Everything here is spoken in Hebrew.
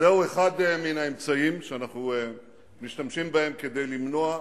זהו אחד מן האמצעים שאנחנו משתמשים בהם כדי למנוע שיטפון,